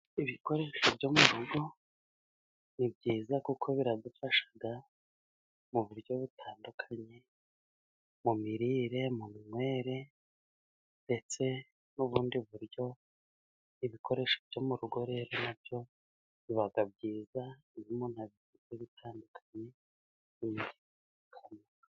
Ibikoresho byo mu rugo ni byiza, kuko biradufasha mu buryo butandukanye, mu mirire mu minywere, ndetse n'ubundi buryo, ibikoresho byo mu rugo rero na byo bibaga byiza, iyo umuntu abibitse bitandukanye......